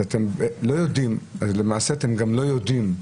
אז למעשה, אתם לא יודעים.